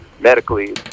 medically